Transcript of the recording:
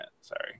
Sorry